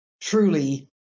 truly